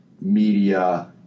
media